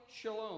Shalom